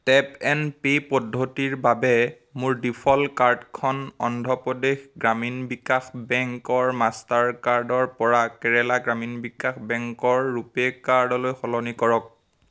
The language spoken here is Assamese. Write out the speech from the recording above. টেপ এণ্ড পে' পদ্ধতিৰ বাবে মোৰ ডিফ'ল্ট কাৰ্ডখন অন্ধ্ৰ প্ৰদেশ গ্ৰামীণ বিকাশ বেংকৰ মাষ্টাৰ কাৰ্ডৰ পৰা কেৰেলা গ্ৰামীণ বিকাশ বেংকৰ ৰূপে কাৰ্ডলৈ সলনি কৰক